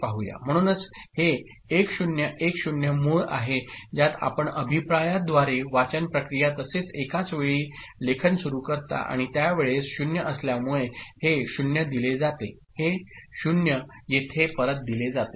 म्हणूनच हे 1010 मूळ आहे ज्यात आपण अभिप्रायद्वारे वाचन प्रक्रिया तसेच एकाच वेळी लेखन सुरू करता आणि त्यावेळेस 0 असल्यामुळे हे 0 दिले जाते हे 0 येथे परत दिले जाते